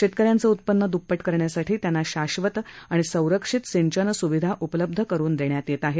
शेतकऱ्यांचे उत्पन्न द्प्पट करण्यासाठी त्यांना शाश्वत आणि संरक्षित सिंचन स्विधा उपलब्ध करून देण्यात येत आहेत